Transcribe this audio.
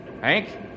Hank